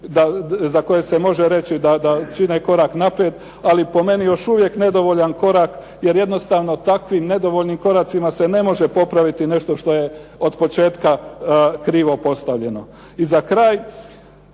za koje se može reći da čine korak naprijed ali po meni još uvijek nedovoljan korak jer jednostavno takvim nedovoljnim koracima se ne može popraviti nešto što je od početka krivo postavljeno. I za kraj,